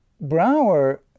Brouwer